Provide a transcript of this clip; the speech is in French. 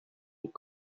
est